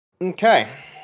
Okay